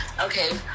Okay